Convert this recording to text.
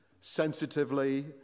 sensitively